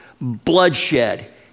bloodshed